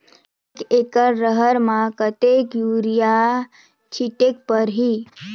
एक एकड रहर म कतेक युरिया छीटेक परही?